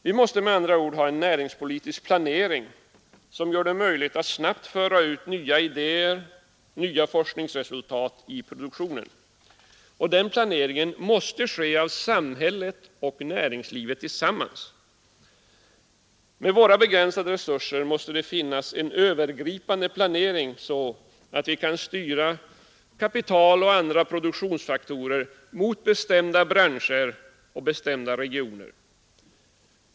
Vi måste med andra ord ha en näringspolitisk planering, som gör det möjligt att snabbt föra ut nya idéer och nya forskningsresultat i produktionen. Denna planering måste ske av samhälle och näringsliv tillsammans. Med våra begränsade resurser måste det finnas en övergripande planering, så att vi kan styra kapital och andra produktionsfaktorer mot bestämda branscher och regioner.